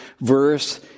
verse